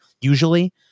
usually